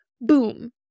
boom